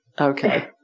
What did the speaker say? Okay